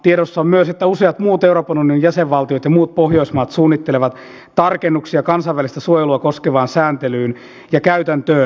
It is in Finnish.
tiedossa on myös että useat muut euroopan unionin jäsenvaltiot ja muut pohjoismaat suunnittelevat tarkennuksia kansainvälistä suojelua koskevaan sääntelyyn ja käytäntöön